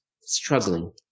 struggling